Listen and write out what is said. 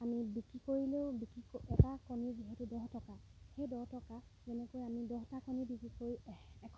আমি বিক্ৰী কৰিলেও বিক্ৰী এটা কণী যিহেতু দহ টকা সেই দহ টকা যেনেকৈ আমি দহটা কণী বিক্ৰী কৰি এ এশ টকা এটা